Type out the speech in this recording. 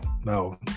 no